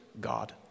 God